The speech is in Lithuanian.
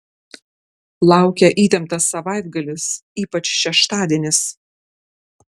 laukia įtemptas savaitgalis ypač šeštadienis